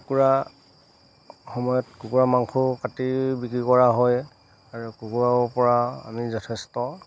কুকুৰা সময়ত কুকুৰা মাংসও কাটি বিক্ৰী কৰা হয় আৰু কুকুৰাৰ পৰা আমি যথেষ্ট